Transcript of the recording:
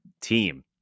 team